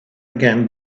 again